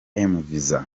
mvisa